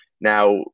now